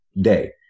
day